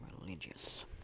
religious